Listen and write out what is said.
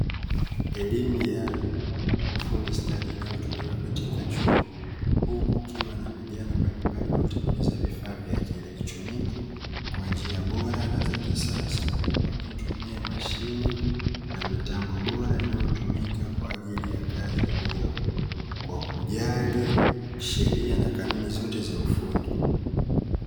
Elimu ya ufundi stadi inayotolewa katika chuo huku kukiwa na vijana mbalimbali wanaotengeneza vifaa vya kielektroniki kwa njia bora na za kisasa, huku wakitumia mashine na mitambo bora inayotumika kwa ajili ya kazi hiyo; kwa kujali sheria na kanuni zote za ufundi.